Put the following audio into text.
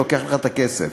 לוקח לך את הכסף.